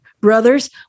brothers